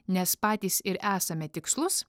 nes patys ir esame tikslus